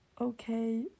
okay